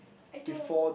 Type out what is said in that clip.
I don't know